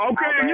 Okay